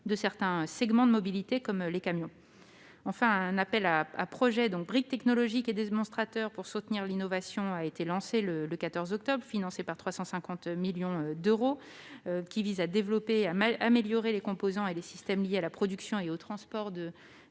de certains segments de mobilité, comme les camions. Enfin, un appel à projets Briques technologiques et démonstrateurs, destiné à soutenir l'innovation, a été lancé le 14 octobre. Financé à hauteur de 350 millions d'euros, il vise à développer et à améliorer les composants et les systèmes liés à la production et au transport de